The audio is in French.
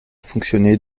fonctionné